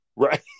right